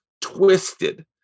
twisted